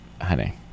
honey